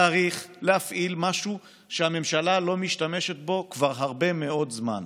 צריך להפעיל משהו שהממשלה לא משתמשת בו כבר הרבה מאוד זמן,